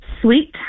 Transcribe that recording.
Sweet